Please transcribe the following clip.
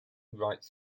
writes